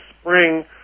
spring